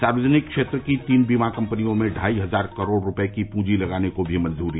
सार्वजनिक क्षेत्र की तीन बीमा कंपनियों में ढाई हजार करोड़ रुपये की पूंजी लगाने को भी मंजूरी